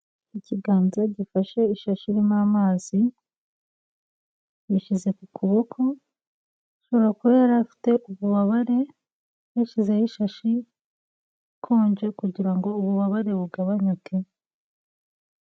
Ikiganza gifashe ishashi irimo amazi, yishyize ku kuboko, ashobora kuba yari afite ububabare, yashyizeho ishashi ikonje kugirango ububabare bugabanyuke.